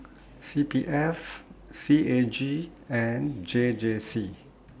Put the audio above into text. C P F C A G and J J C